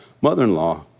mother-in-law